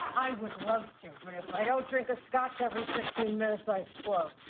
i would love to, but if i don't drink a scotch every fifteen minutes, i explode.